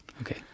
Okay